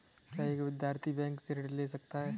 क्या एक विद्यार्थी बैंक से ऋण ले सकता है?